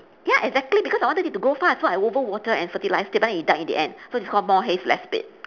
ya exactly because I wanted it to grow fast so I over water and fertilised it then it died in the end so it's called more haste less speed